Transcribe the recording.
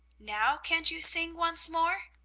now can't you sing once more?